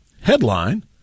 Headline